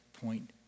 point